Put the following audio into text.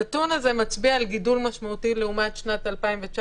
הנתון הזה מצביע על גידול משמעותי לעומת שנת 2019,